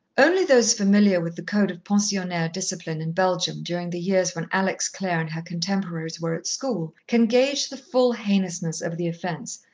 only those familiar with the code of pensionnaire discipline in belgium during the years when alex clare and her contemporaries were at school, can gauge the full heinousness of the offence,